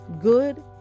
Good